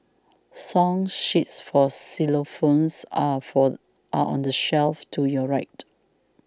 song sheets for xylophones are for are on the shelf to your right